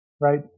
right